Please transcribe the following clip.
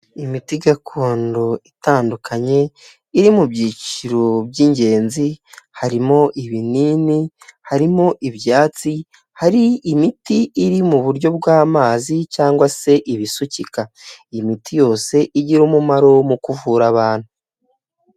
Imiti gakondo itandukanye iri mu byiciro by'ingenzi harimo ibinini, harimo ibyatsi, hari imiti iri mu buryo bw'amazi cyangwa se ibisukika iyi miti yose igira umumaro mu kuvura abantu.